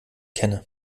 kenne